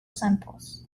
samples